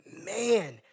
man